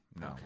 no